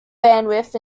bandwidth